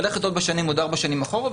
אפשר ללכת עוד ארבע שנים אחורה,